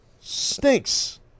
Stinks